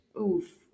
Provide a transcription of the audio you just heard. oof